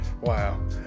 Wow